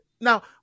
now